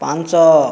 ପାଞ୍ଚ